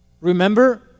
Remember